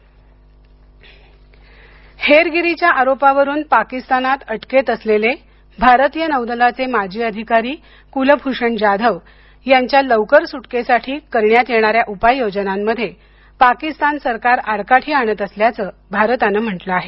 कलभषण जाधव हेरगिरीच्या आरोपावरून पाकिस्तानात अटकेत असलेले भारतीय नौदलाचे माजी अधिकारी कुलभृषण जाधव यांच्या लवकर सुटकेसाठी करण्यात येणाऱ्या उपाययोजनांमध्ये पाकिस्तान सरकार आडकाठी आणत असल्याचं भारताने म्हंटलं आहे